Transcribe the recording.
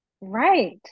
Right